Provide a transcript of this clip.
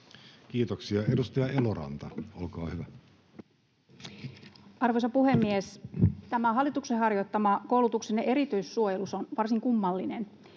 Time: 16:05 Content: Arvoisa puhemies! Tämä hallituksen harjoittama koulutuksen erityissuojelus on varsin kummallinen,